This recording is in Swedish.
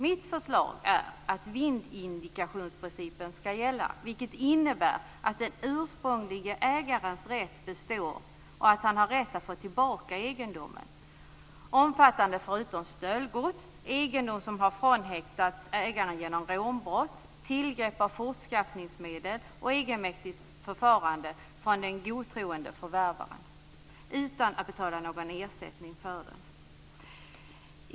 Mitt förslag är att vindikationsprincipen skall gälla vilket innebär att den ursprunglige ägarens rätt består och att han har rätt att få tillbaka egendomen, omfattande förutom stöldgods egendom som har frånhänts ägaren genom rånbrott, tillgrepp av fortskaffningsmedel och egenmäktigt förfarande, från den godtroende förvärvaren utan att betala någon ersättning för den.